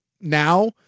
now